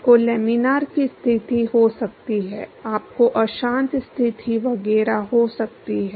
आपको लेमिनार की स्थिति हो सकती है आपको अशांत स्थिति वगैरह हो सकती है